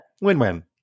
win-win